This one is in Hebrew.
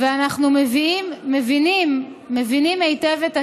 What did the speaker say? ואנחנו מבינים היטב את הכאב.